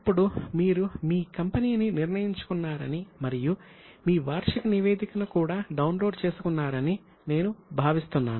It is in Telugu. ఇప్పుడు మీరు మీ కంపెనీని నిర్ణయించుకున్నారని మరియు మీ వార్షిక నివేదికను కూడా డౌన్లోడ్ చేసుకున్నారని నేను భావిస్తున్నాను